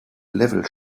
level